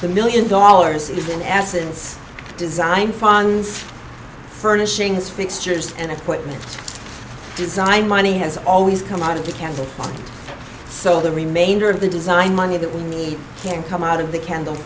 nine million dollars is in essence design funds furnishings fixtures and equipment design money has always come out of the canvas so the remainder of the design money that we can come out of the candle